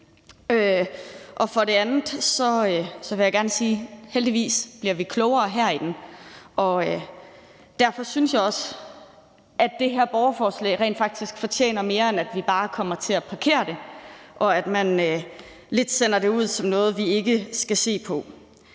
For det andet vil jeg gerne sige, at heldigvis bliver vi klogere herinde, og derfor synes jeg også, at det her borgerforslag rent faktisk fortjener mere, end at vi bare kommer til at parkere det, og at man bare sender det ud som noget, vi ikke skal se på.